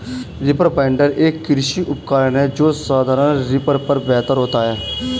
reaper binder, एक कृषि उपकरण है जो साधारण रीपर पर बेहतर होता है